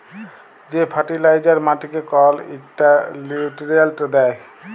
যে ফার্টিলাইজার মাটিকে কল ইকটা লিউট্রিয়েল্ট দ্যায়